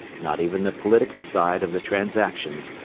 not even the political side of the transactions,